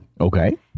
okay